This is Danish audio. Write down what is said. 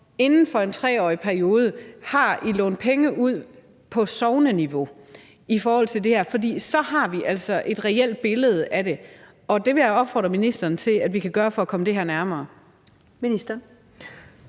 inden for en 3-årig periode og på sogneniveau, om de har lånt penge ud. For så har vi altså et reelt billede af det. Og det vil jeg opfordre ministeren til at vi kan gøre for at komme det her nærmere. Kl.